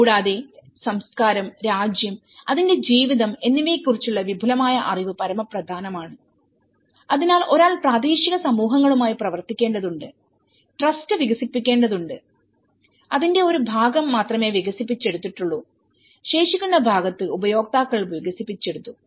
കൂടാതെ രാജ്യം സംസ്കാരം അതിന്റെ ജീവിതം എന്നിവയെക്കുറിച്ചുള്ള വിപുലമായ അറിവ് പരമപ്രധാനമാണ് അതിനാൽ ഒരാൾ പ്രാദേശിക സമൂഹങ്ങളുമായി പ്രവർത്തിക്കേണ്ടതുണ്ട് ട്രസ്റ്റ് വികസിപ്പിക്കേണ്ടതുണ്ട് അതിന്റെ ഒരു ഭാഗം മാത്രമേ വികസിപ്പിച്ചെടുത്തിട്ടുള്ളൂ ശേഷിക്കുന്ന ഭാഗത്ത് ഉപയോക്താക്കൾ വികസിപ്പിച്ചെടുത്തു